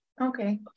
Okay